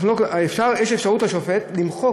יש לשופט אפשרות למחוק.